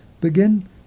Begin